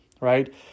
right